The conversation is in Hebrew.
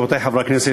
רבותי חברי הכנסת,